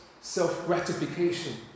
self-gratification